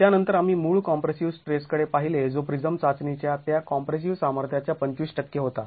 त्यानंतर आम्ही मूळ कॉम्प्रेसिव स्ट्रेस कडे पाहिले जो प्रिझम चाचणी च्या त्या कॉम्प्रेसिव सामर्थ्याच्या २५ टक्के होता